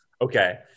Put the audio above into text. Okay